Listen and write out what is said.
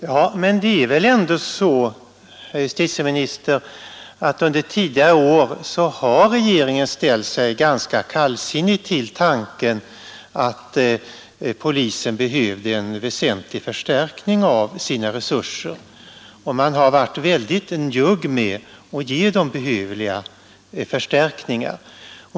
Ja, men det är väl ändå så, herr justitieminister, att under tidigare har regeringen ställt sig ganska kallsinnig till tanken att polisen behövde en väsentlig förstärkning av sina resurser, och man har varit väldigt njugg med att ge polisen behövliga fö ärkningar.